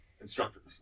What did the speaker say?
instructors